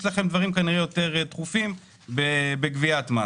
יש לכם דברים כנראה יותר דחופים בגביית מס.